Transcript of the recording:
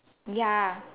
ya